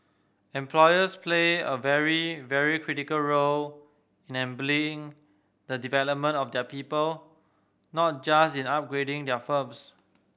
employers play a very very critical role in enabling the development of their people not just in upgrading their firms